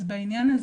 אז בעניין הזה,